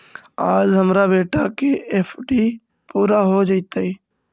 आज हमार बेटा के एफ.डी पूरा हो जयतई